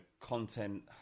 content